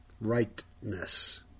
rightness